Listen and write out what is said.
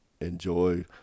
enjoy –